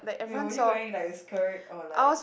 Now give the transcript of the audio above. will would you wear it like a skirt or like